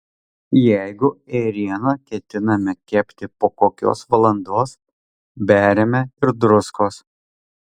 jeigu ėrieną ketiname kepti po kokios valandos beriame ir druskos